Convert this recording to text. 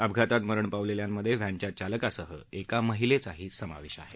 अपघातात मरण पावलेल्यांमध्ये व्हॅनच्या चालकासह एका महिलेचाही समावेश आहे